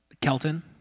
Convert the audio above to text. Kelton